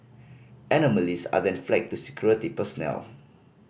anomalies are then flagged to security personnel